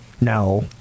No